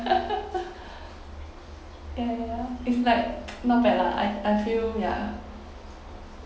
ya ya it's like not bad lah I I feel ya